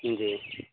جے